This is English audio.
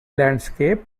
landscape